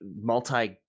multi